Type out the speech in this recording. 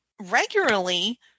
regularly